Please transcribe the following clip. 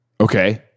Okay